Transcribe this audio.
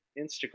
Instagram